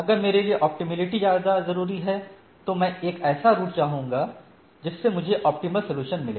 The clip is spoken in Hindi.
अगर मेरे लिए ऑप्टिमेलिटी ज्यादा जरूरी है तो मैं एक ऐसा रूट चाहूंगा जिससे मुझे ऑप्टिमल सॉल्यूशन मिले